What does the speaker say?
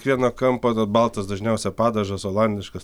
kvieno kampo ta baltas dažniausiai padažas olandiškas